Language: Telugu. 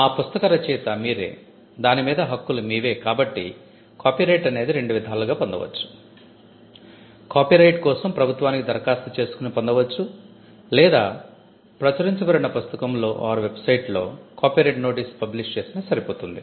ఆ పుస్తక రచయిత మీరే దాని మీద హక్కులు మీవే కాబట్టి కాపీరైట్ అనేది రెండు విధాలుగా పొందవచ్చు కాపీరైట్ కోసం ప్రభుత్వానికి ధరఖాస్తు చేసుకుని పొందవచ్చు లేదా ప్రచురించబడిన పుస్తకంలోవెబ్ సైట్ లో కాపీరైట్ నోటీసు పబ్లిష్ చేసినా సరిపోతుంది